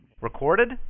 recorded